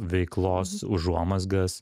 veiklos užuomazgas